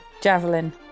javelin